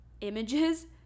images